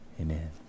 Amen